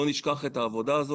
לא נשכח את העבודה הזאת.